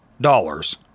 dollars